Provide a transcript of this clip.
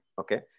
Okay